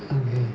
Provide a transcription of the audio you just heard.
okay